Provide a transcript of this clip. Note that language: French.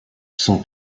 son